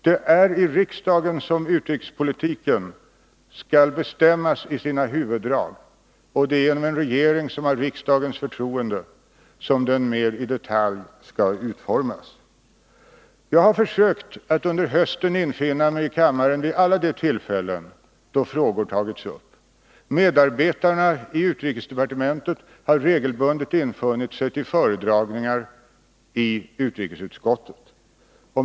Det är i riksdagen som utrikespolitiken skall bestämmas i sina huvuddrag, och det är av en regering som har riksdagens förtroende som den mer i detalj skall utformas. Jag har försökt att under hösten infinna mig i kammaren vid alla de tillfällen då utrikespolitiska frågor tagits upp. Medarbetarna i utrikesdepartementet har regelbundet infunnit sig till föredragningar i utrikesutskottet.